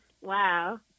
Wow